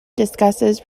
discusses